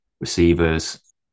receivers